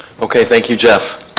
okay, thank you jeff.